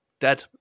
dead